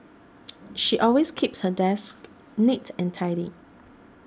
she always keeps her desk neat and tidy